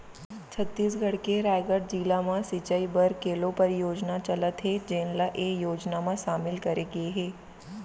छत्तीसगढ़ के रायगढ़ जिला म सिंचई बर केलो परियोजना चलत हे जेन ल ए योजना म सामिल करे गे हे